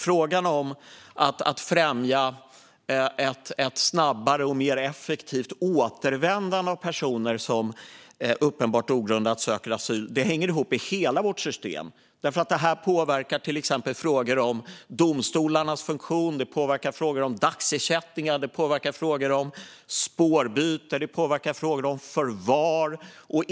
Frågan om att främja ett snabbare och mer effektivt återvändande av personer som uppenbart ogrundat söker asyl hänger ihop med hela vårt system, för det här påverkar till exempel frågor om domstolarnas funktion, dagsersättningar, spårbyte och förvar.